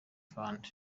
fund